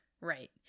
right